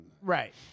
Right